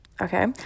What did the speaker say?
okay